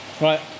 Right